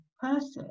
person